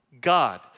God